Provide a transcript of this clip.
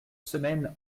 semaine